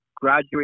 Graduate